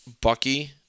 Bucky